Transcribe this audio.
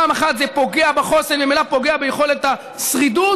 פעם אחת זה פוגע בחוסן וממילא פוגע ביכולת השרידות,